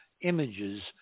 images